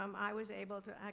um i was able to,